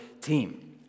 team